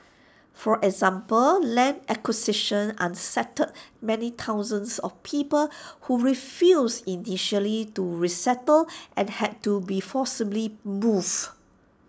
for example land acquisition unsettled many thousands of people who refused initially to resettle and had to be forcibly moved